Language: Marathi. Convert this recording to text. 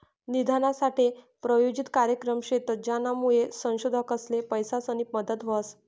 निधीनासाठे प्रायोजित कार्यक्रम शेतस, ज्यानामुये संशोधकसले पैसासनी मदत व्हस